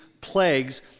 plagues